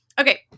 Okay